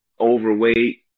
overweight